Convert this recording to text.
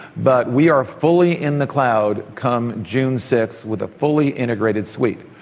but we are fully in the cloud come june sixth, with a fully integrated suite.